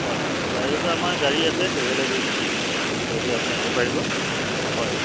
হয় বাহিৰতো আমাৰ গাড়ী আছে ট্ৰেভেল এজেঞ্চীৰ যদি আপুনি আহিব পাৰিব হয়